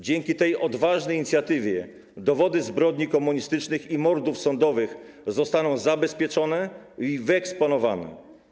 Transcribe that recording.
Dzięki tej odważnej inicjatywie dowody zbrodni komunistycznych i mordów sądowych zostaną zabezpieczone i wyeksponowane.